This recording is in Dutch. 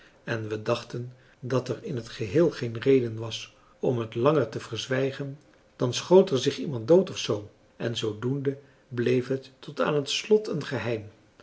en we dachten dat er in het geheel geen reden was om het langer te verzwijgen dan schoot er zich iemand dood of zoo en zoo doende bleef het tot aan het slot een geheim